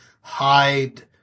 hide